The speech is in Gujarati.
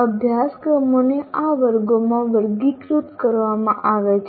અભ્યાસક્રમોને આ વર્ગોમાં વર્ગીકૃત કરવામાં આવે છે